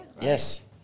Yes